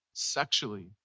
Sexually